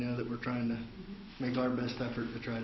know that we're trying to make our best effort to try